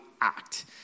act